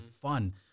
fun